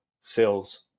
sales